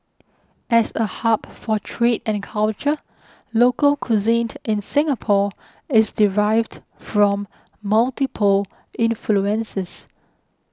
as a hub for trade and culture local cuisine in Singapore is derived from multiple influences